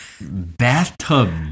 bathtub